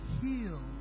heal